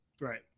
right